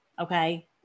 okay